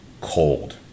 cold